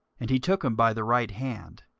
and he took him by the right hand,